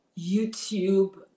youtube